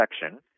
section